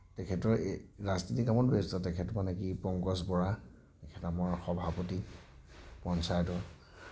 তেখেতৰ এই ৰাজনীতি কামত ব্যস্ত তেখেত মানে কি পঙ্কজ বৰা তেখেত আমাৰ সভাপতি পঞ্চায়তৰ